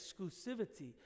exclusivity